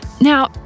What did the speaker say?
Now